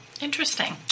Interesting